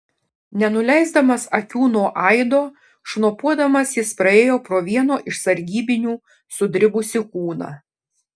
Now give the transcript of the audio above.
nenuleisdamas akių nuo aido šnopuodamas jis praėjo pro vieno iš sargybinių sudribusį kūną